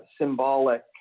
symbolic